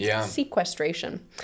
sequestration